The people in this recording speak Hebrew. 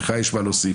לך יש מה להוסיף,